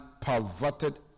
perverted